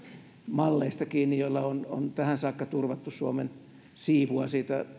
malleista joilla on on tähän saakka turvattu suomen siivua